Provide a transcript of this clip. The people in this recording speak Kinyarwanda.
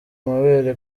amabere